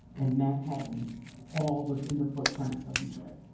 and manhattan all within the footprint of detroit.